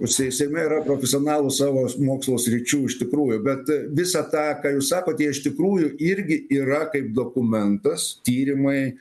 sei seime yra profesionalų savo mokslo sričių iš tikrųjų bet visa tą ką jūs sakot jie iš tikrųjų irgi yra kaip dokumentas tyrimai